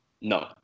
No